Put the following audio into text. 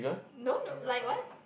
no no like what